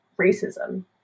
racism